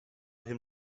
him